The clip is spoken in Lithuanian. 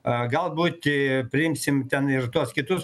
gal būti priimsim ten ir tuos kitus